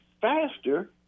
faster